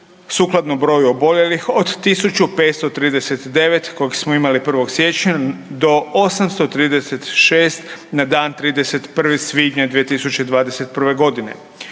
sukladno broju oboljelih od 1539 kojeg smo imali 1. siječnja do 836 na dan 31. svibnja 2021. godine.